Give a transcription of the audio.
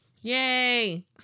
Yay